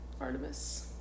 artemis